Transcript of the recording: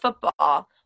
football